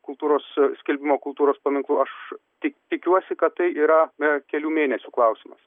kultūros skelbimo kultūros paminklu aš tik tikiuosi kad tai yra kelių mėnesių klausimas